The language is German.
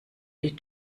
die